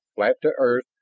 flat to earth,